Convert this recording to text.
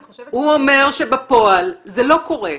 אני חושבת ש --- הוא אומר שבפועל זה לא קורה,